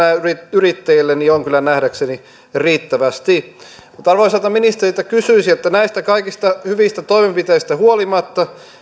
yrittäjillä on kyllä nähdäkseni riittävästi arvoisalta ministeriltä kysyisin näistä kaikista hyvistä toimenpiteistä huolimatta